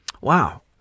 Wow